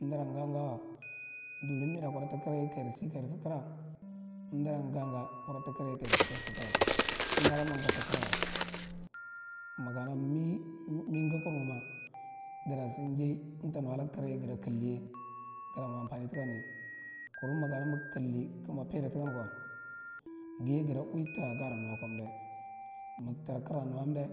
Amdara nga- nga wa duvira mimidra kuɗa ta karaye kayar sa kayar sa kara, amdara nga- nga ra kuɗa ta kara ye kayar sa. Kayar sa kata. Amda da mwa ngata kara wa makana mi- mi ngakur ma jada sa njai amta nulag karaye gada kaldi ye, gada mwa ampani takan ye. Kuru makana mig kaldi kig mwa paida takan kwa, gaye gada ui tara gara nu aka amda, mig tara kigara nu aka amda